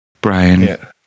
Brian